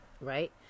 Right